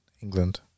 England